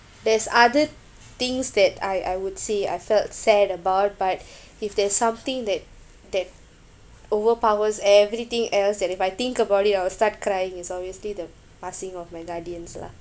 there's other things that I I would say I felt sad about but if there's something that that overpowers everything else that if I think about it I'll start crying is obviously the passing of my guardians lah